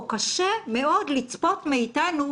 או קשה מאוד לצפות מאתנו,